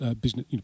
business